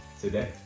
today